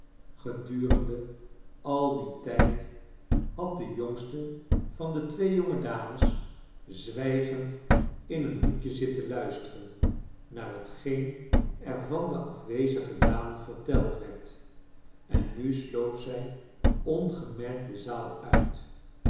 g-edurende al dien tij d had de jongste van de twee jonge dames zwijgend in een hoekje zitten luisteren naar hetgeen er van de afwezige dame verteld werd en nu sloop zij ongemerkt de zaai uit